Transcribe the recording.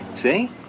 see